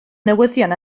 newyddion